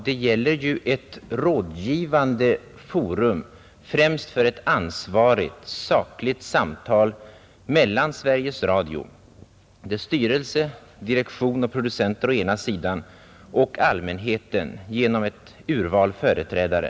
Det gäller ett rådgivande forum för ett ansvarigt, sakligt samtal mellan å ena sidan Sveriges Radio, dess styrelse, direktion och producenter, och å andra sidan allmänheten genom ett urval företrädare.